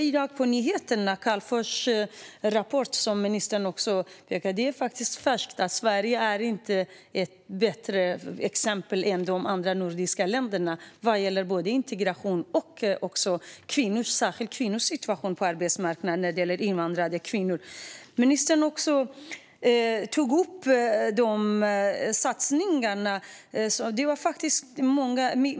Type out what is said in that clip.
I dag togs Calmfors rapport upp på nyheterna, och den visar att Sverige inte är bättre än de andra nordiska länderna när det gäller integration och invandrade kvinnors situation på arbetsmarknaden. Ministern tog upp satsningarna.